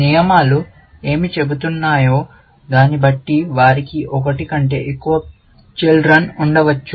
నియమాలు ఏమి చెబుతున్నాయో బట్టి వారికి ఒకటి కంటే ఎక్కువ చిల్డ్రన్ ఉండవచ్చు